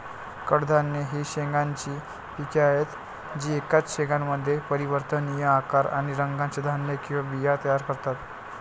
कडधान्ये ही शेंगांची पिके आहेत जी एकाच शेंगामध्ये परिवर्तनीय आकार आणि रंगाचे धान्य किंवा बिया तयार करतात